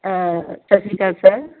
ਸਤਿ ਸ਼੍ਰੀ ਅਕਾਲ ਸਰ